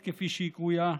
נקראת,